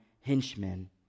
henchmen